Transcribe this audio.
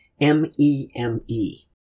M-E-M-E